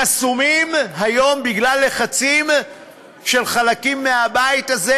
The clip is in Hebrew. החסומים היום בגלל לחצים של חלקים מהבית הזה,